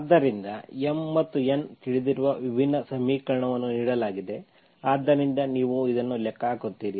ಆದ್ದರಿಂದ M ಮತ್ತು N ತಿಳಿದಿರುವ ವಿಭಿನ್ನ ಸಮೀಕರಣವನ್ನು ನೀಡಲಾಗಿದೆ ಆದ್ದರಿಂದ ನೀವು ಇದನ್ನು ಲೆಕ್ಕ ಹಾಕುತ್ತೀರಿ